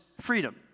freedom